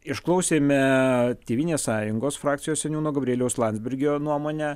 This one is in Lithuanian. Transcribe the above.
išklausėme tėvynės sąjungos frakcijos seniūno gabrieliaus landsbergio nuomonę